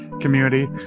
community